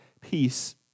peace